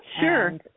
sure